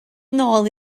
nôl